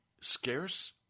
scarce